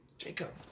Jacob